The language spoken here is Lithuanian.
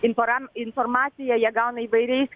inforam informaciją jie gauna įvairiais